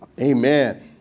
Amen